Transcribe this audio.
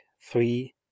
three